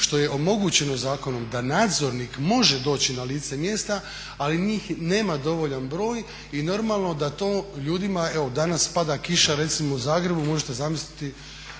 što je omogućeno zakonom da nadzornik može doći na lice mjesta, ali njih nema dovoljan broj i normalno da to ljudima, evo danas pada kiša recimo u Zagrebu, možete zamisliti